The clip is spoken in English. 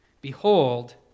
Behold